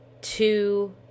two